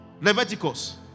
Leviticus